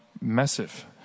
massive